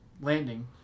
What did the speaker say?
landing